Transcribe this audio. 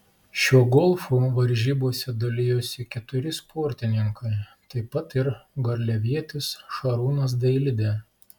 šiuo golfu varžybose dalijosi keturi sportininkai taip pat ir garliavietis šarūnas dailidė